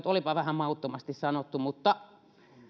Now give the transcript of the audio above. olipa vähän mauttomasti sanottu mutta